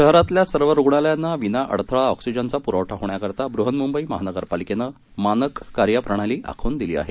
शहरातल्या सर्व रुग्णालयांना विनाअडथळा ऑक्सिजनचा पुरवठा होण्याकरता बृहन्मुंबई महानगरपालिकेने मानक कार्यप्रणाली आखून दिली आहे